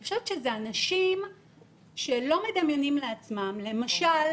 אני חושבת שאלה אנשים שלא מדמיינים לעצמם למשל